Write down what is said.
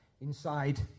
inside